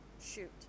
shoot